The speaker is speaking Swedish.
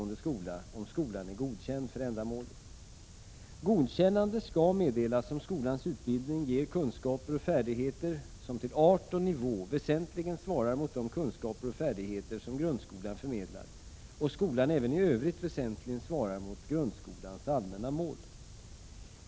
Godkännande skall meddelas, om skolans utbildning ger kunskaper och färdigheter som till art och nivå väsentligen svarar mot de kunskaper och färdigheter som grundskolan förmedlar och skolan även i övrigt väsentligen svarar mot grundskolans allmänna mål.